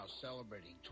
celebrating